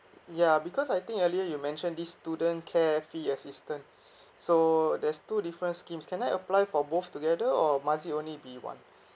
yeah because I think earlier you mentioned this student care fee assistance so there's two different schemes can I apply for both together or must it only be one